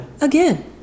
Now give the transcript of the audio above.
again